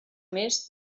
més